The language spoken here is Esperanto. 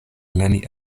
lerni